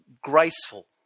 graceful